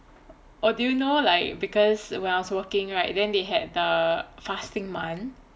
oh do you know like because when I was working right then they had the fasting month